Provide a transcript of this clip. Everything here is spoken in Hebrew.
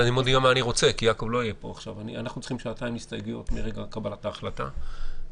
אנחנו צריכים שעתיים הסתייגויות מרגע קבלת ההחלטה.